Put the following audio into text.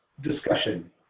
discussion